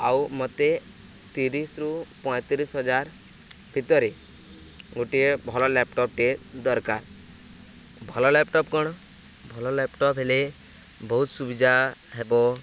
ଆଉ ମତେ ତିରିଶରୁୁ ପଇଁତିରିଶ ହଜାର ଭିତରେ ଗୋଟିଏ ଭଲ ଲ୍ୟାପ୍ଟପ୍ଟିଏ ଦରକାର ଭଲ ଲ୍ୟାପ୍ଟପ୍ କ'ଣ ଭଲ ଲ୍ୟାପ୍ଟପ୍ ହେଲେ ବହୁତ ସୁବିଧା ହେବ